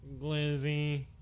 Glizzy